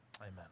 Amen